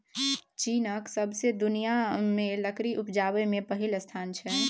चीनक सौंसे दुनियाँ मे लकड़ी उपजाबै मे पहिल स्थान छै